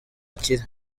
akire